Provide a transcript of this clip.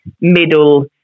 middle